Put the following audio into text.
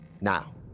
Now